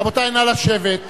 רבותי, נא לשבת.